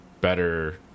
better